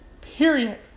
period